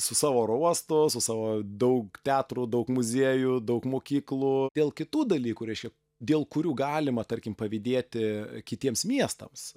su savo oro uostu su savo daug teatrų daug muziejų daug mokyklų dėl kitų dalykų reiškia dėl kurių galima tarkim pavydėti kitiems miestams